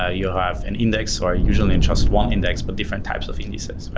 ah you have an index, or usually in just one index, but different types of indices, right?